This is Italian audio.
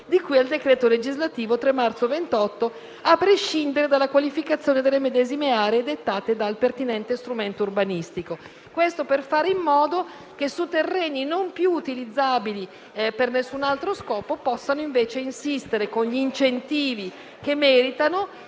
di cui al decreto legislativo 3 marzo 2011, n. 28, a prescindere dalla qualificazione delle medesime, dettata dal pertinente strumento urbanistico. Questo per fare in modo che su terreni non più utilizzabili per nessun altro scopo possano invece insistere, con gli incentivi che meritano,